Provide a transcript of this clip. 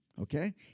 Okay